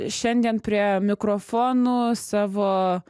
šiandien prie mikrofonų savo